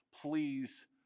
please